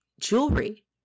jewelry